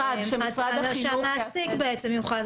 אחד שמשרד החינוך --- שהמעסיק בעצם יוכל,